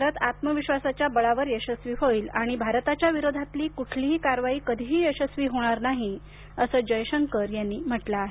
भारत आत्मविश्वासाचा बळावर यशस्वी होईल आणि भारताच्या विरोधातली कुठलीही कारवाई कधीही यशस्वी होणार नाही असं जयशंकर यांनी म्हटलं आहे